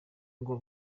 ngo